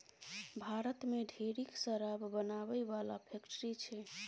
भारत मे ढेरिक शराब बनाबै बला फैक्ट्री छै